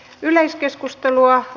yleiskeskustelua